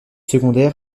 secondaires